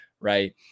Right